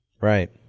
Right